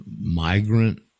migrant